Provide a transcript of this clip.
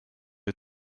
wir